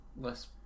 less